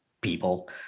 people